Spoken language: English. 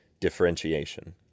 differentiation